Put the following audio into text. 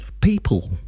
People